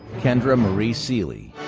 kendra marie seely,